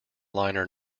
liner